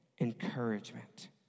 encouragement